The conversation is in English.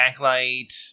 backlight